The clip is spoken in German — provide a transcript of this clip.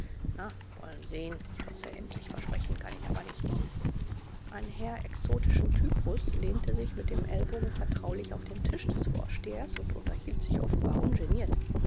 na wollen sehen schloß er endlich versprechen kann ich aber nichts ein herr exotischen typus lehnte sich mit den ellbogen vertraulich auf den tisch des vorstehers und unterhielt sich ziemlich ungeniert